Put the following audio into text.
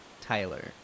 Tyler